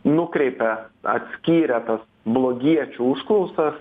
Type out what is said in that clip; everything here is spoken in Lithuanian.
nukreipė atskyrė tas blogiečių užklausas